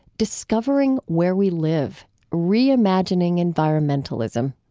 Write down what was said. discovering where we live reimagining environmentalism.